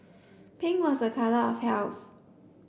pink was a colour of health